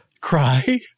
cry